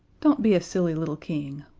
don't be a silly little king.